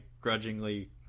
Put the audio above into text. grudgingly